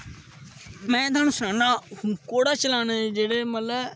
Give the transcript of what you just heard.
में थुहानू सनाना घोड़ा चलाने दे मतलब जेहडे़ पैहलें